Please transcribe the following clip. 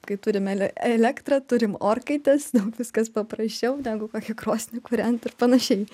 kai turim ele elektrą turim orkaites daug viskas paprasčiau negu kokią krosnį kūrent ir panašiai